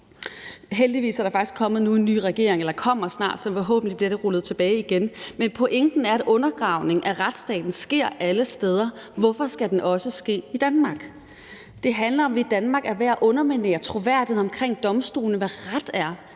Heldigvis er der nu kommet en ny regering – eller det kommer der snart – så forhåbentlig bliver det rullet tilbage igen. Men pointen er, at undergravning af retsstaten sker alle steder. Hvorfor skal det også ske i Danmark? Det handler om, at vi i Danmark er ved at underminere troværdigheden omkring domstolene, i